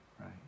right